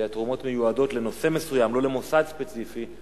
והתרומות מיועדות לנושא מסוים, לא למוסד ספציפי.